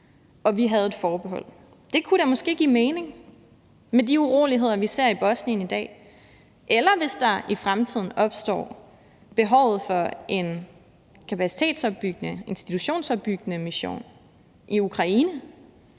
vi havde et forbehold, kunne da måske give mening med de uroligheder, vi ser i Bosnien i dag, eller hvis der i fremtiden opstår behov for en kapacitetsopbyggende, institutionsopbyggende mission i Ukraine.